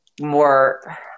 more